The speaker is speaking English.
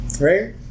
right